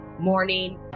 morning